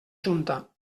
junta